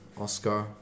Oscar